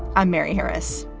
i'm mary harris.